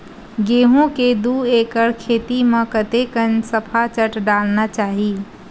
गेहूं के दू एकड़ खेती म कतेकन सफाचट डालना चाहि?